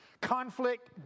Conflict